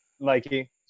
Mikey